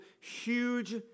huge